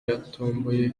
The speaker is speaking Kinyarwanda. yatomboye